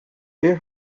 their